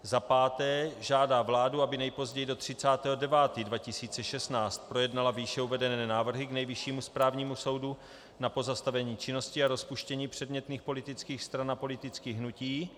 V. žádá vládu, aby nejpozději do 30. 9. 2016 projednala výše uvedené návrhy k Nejvyššímu správnímu soudu na pozastavení činnosti a rozpuštění předmětných politických stran a politických hnutí;